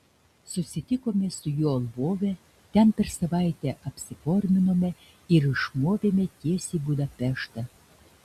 susitikome su juo lvove ten per savaitę apsiforminome ir išmovėme tiesiai į budapeštą